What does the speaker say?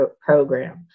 program